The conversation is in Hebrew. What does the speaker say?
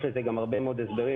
יש לזה גם הרבה מאוד הסברים,